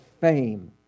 fame